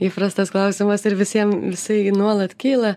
įprastas klausimas ir visiem jisai nuolat kyla